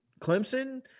Clemson